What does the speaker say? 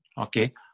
okay